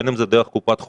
בין אם זה דרך קופת חולים,